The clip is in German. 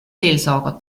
seelsorger